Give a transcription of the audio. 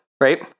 right